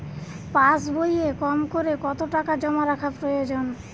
পাশবইয়ে কমকরে কত টাকা জমা রাখা প্রয়োজন?